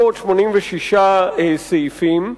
586 סעיפים,